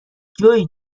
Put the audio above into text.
جویی